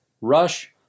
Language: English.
Rush